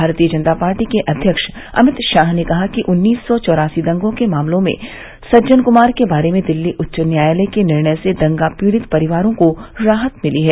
भारतीय जनत पार्टी के अध्यक्ष अमित शाह ने कहा है कि उन्नीस सौ चैरासी दंगों के मामलों में सज्जन कुमार के बारे में दिल्ली उच्च न्यायालय के निर्णय से दंगा पीड़ित परिवारों को राहत मिली है